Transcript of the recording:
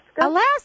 Alaska